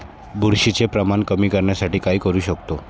बुरशीचे प्रमाण कमी करण्यासाठी काय करू शकतो?